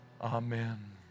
Amen